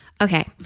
Okay